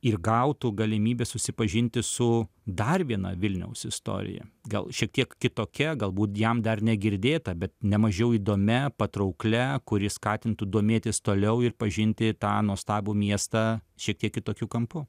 ir gautų galimybę susipažinti su dar viena vilniaus istorija gal šiek tiek kitokia galbūt jam dar negirdėta bet nemažiau įdomia patrauklia kuri skatintų domėtis toliau ir pažinti tą nuostabų miestą šiek tiek kitokiu kampu